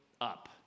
up